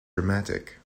dramatic